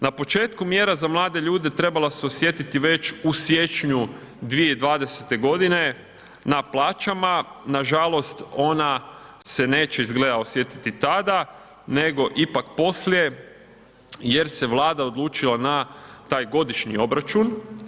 Na početku mjera za mlade ljude trebala se osjetiti već u siječnju 2020. godine na plaćama, nažalost ona se neće izgleda osjetiti tada nego ipak poslije jer se Vlada odlučila na taj godišnji obračun.